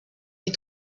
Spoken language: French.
les